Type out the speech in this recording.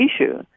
issue